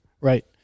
right